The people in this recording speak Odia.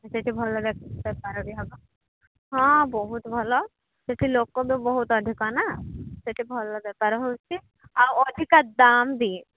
ସେଠି ଭଲ ବେପାର ବି ହେବ ହଁ ବହୁତ ଭଲ ସେଠି ଲୋକ ବି ବହୁତ ଅଧିକ ନା ସେଠି ଭଲ ବେପାର ହେଉଛି ଆଉ ଅଧିକା ଦାମ ବି